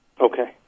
Okay